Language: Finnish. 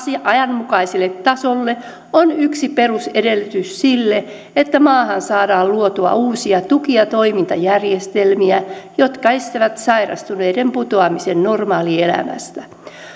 ajanmukaiselle tasolle on yksi perusedellytys sille että maahan saadaan luotua uusia tuki ja toimintajärjestelmiä jotka estävät sairastuneiden putoamisen normaalielämästä